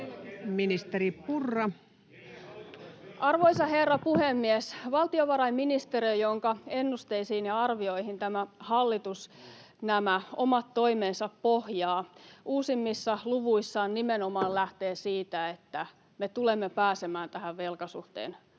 Arvoisa herra puhemies! Valtiovarainministeriö, jonka ennusteisiin ja arvioihin tämä hallitus nämä omat toimensa pohjaa, uusimmissa luvuissaan lähtee nimenomaan siitä, että me tulemme pääsemään tähän velkasuhteen